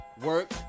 work